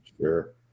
sure